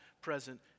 present